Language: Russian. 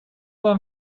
вам